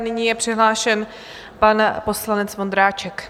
Nyní je přihlášen pan poslanec Vondráček.